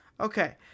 Okay